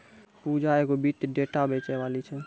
पूजा एगो वित्तीय डेटा बेचैबाली छै